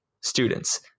students